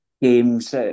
games